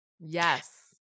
Yes